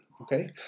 Okay